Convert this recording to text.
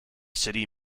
city